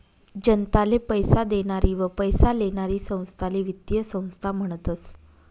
जनताले पैसा देनारी व पैसा लेनारी संस्थाले वित्तीय संस्था म्हनतस